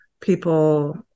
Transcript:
people